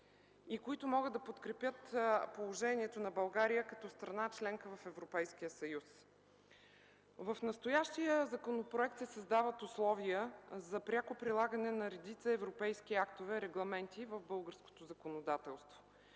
и които могат да подкрепят положението на България като страна – членка в Европейския съюз. В настоящия законопроект се създават условия за пряко прилагане на редица европейски актове и регламенти в българското законодателство.